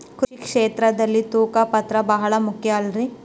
ಕೃಷಿ ಕ್ಷೇತ್ರದಲ್ಲಿ ತೂಕದ ಪಾತ್ರ ಬಹಳ ಮುಖ್ಯ ಅಲ್ರಿ?